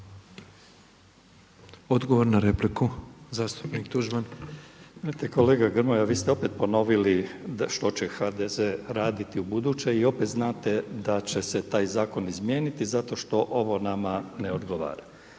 **Tuđman, Miroslav (HDZ)** Vidite kolega Grmoja, vi ste opet ponovili što će HDZ raditi ubuduće i opet znate da će se taj zakon izmijeniti zato što ovo nama ne odgovara.